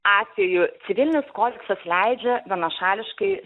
atvejų civilinis kodeksas leidžia vienašališkai